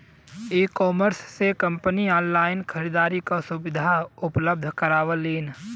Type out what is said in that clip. ecommerce से company online खरीदारी क सुविधा उपलब्ध करावलीन